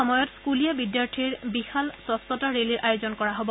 কাইলৈ স্থুলীয়া বিদ্যাৰ্থীৰ বিশাল স্বচ্ছতা ৰে'লীৰ আয়োজন কৰা হ'ব